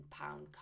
pound